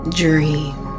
dream